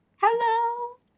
Hello